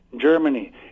Germany